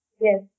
Yes